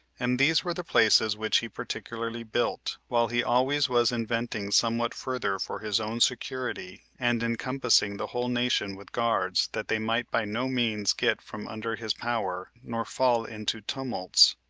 and these were the places which he particularly built, while he always was inventing somewhat further for his own security, and encompassing the whole nation with guards, that they might by no means get from under his power, nor fall into tumults,